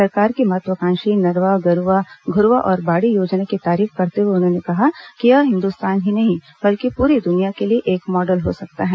सरकार की महत्वाकांक्षी नरवा गरूवा घुरूवा और बाड़ी योजना की तारीफ करते हुए उन्होंने कहा कि यह हिंदुस्तान ही नहीं बल्कि पूरी दुनिया के लिए एक मॉडल हो सकता है